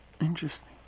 Interesting